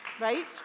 Right